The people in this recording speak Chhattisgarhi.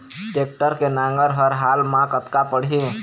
टेक्टर के नांगर हर हाल मा कतका पड़िही?